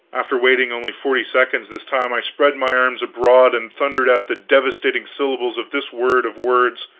after waiting only forty seconds this time, i spread my arms abroad and thundered out the devastating syllables of this word of words